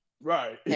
Right